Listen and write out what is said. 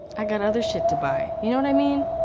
i got other shit to buy. you know what i mean?